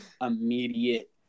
immediate